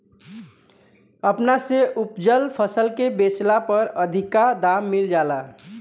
अपना से उपजल फसल के बेचला पर अधिका दाम मिल जाला